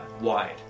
wide